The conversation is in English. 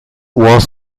was